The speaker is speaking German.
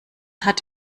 hat